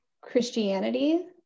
Christianity